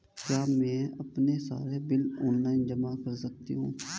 क्या मैं अपने सारे बिल ऑनलाइन जमा कर सकती हूँ?